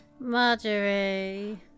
Marjorie